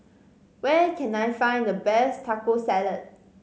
where can I find the best Taco Salad